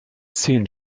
zählen